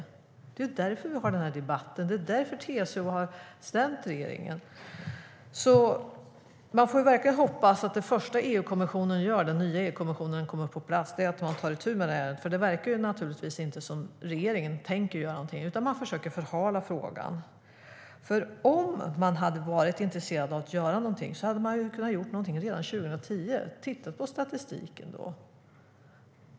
Det är därför vi har den här debatten, och det är därför TCO har stämt regeringen. Vi får alltså verkligen hoppas att det första den nya EU-kommissionen gör när den kommer på plats är att ta itu med det här, för det verkar inte som att regeringen tänker göra någonting. Man försöker i stället förhala frågan. Om man hade varit intresserad av att göra någonting hade man nämligen kunnat göra någonting redan 2010. Man hade kunnat titta på statistiken då.